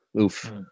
Oof